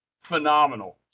phenomenal